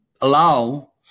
allow